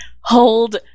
hold